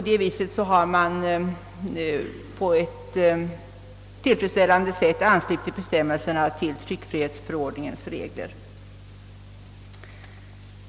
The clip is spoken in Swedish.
Därigenom har man på ett tillfredsställande sätt anslutit bestämmelserna till tryckfrihetsförordningens regler.